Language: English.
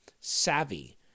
savvy